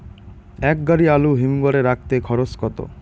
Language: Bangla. এক গাড়ি আলু হিমঘরে রাখতে খরচ কত?